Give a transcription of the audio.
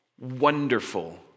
Wonderful